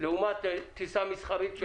לעומת טיסה מסחרית.